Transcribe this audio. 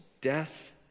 death